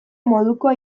modukoa